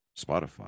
Spotify